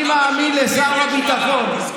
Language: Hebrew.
אני מאמין לשר הביטחון.